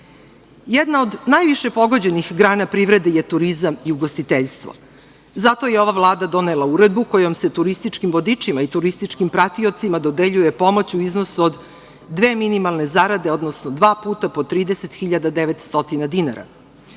od najviše pogođenih grana privrede je turizam i ugostiteljstvo. Zato je ova Vlada donela uredbu kojom se turističkim vodičima i turističkim pratiocima dodeljuje pomoć u iznosu od dve minimalne zarade, odnosno dva puta po 30.900 dinara.